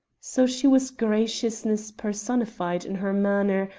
so she was graciousness personified in her manner,